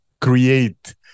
create